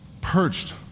perched